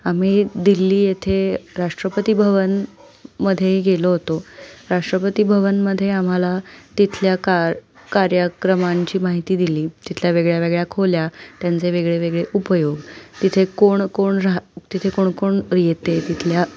आम्ही दिल्ली येथे राष्ट्रपती भवनमध्ये गेलो होतो राष्ट्रपती भवनमध्ये आम्हाला तिथल्या कार कार्यक्रमांची माहिती दिली तिथल्या वेगळ्या वेगळ्या खोल्या त्यांचे वेगळे वेगळे उपयोग तिथे कोण कोण राह तिथे कोणकोण येते तिथल्या